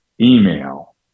email